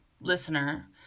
listener